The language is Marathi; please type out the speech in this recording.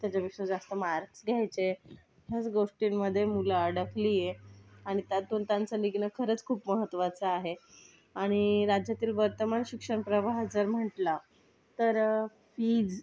ह्याच्यापेक्षा जास्त मार्क्स घ्यायचे ह्याच गोष्टींमध्ये मुलं अडकली आहे आणि त्यातून त्यांचं निघणं खरंच खूप महत्वाचं आहे आणि राज्यातील वर्तमान शिक्षण प्रवाह जर म्हटला तर फीज